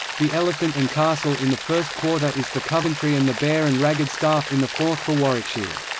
the elephant and castle in the first quarter is for coventry and the bear and ragged staff in the fourth for warwickshire.